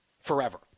forever